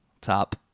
top